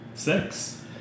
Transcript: Six